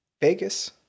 vegas